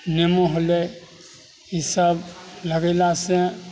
नेमो होलै ई सभ लगेलासे